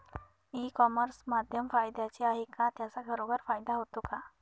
E commerce माध्यम फायद्याचे आहे का? त्याचा खरोखर फायदा होतो का?